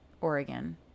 Oregon